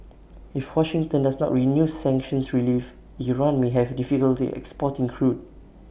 if Washington does not renew sanctions relief Iran may have difficulty exporting crude